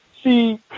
See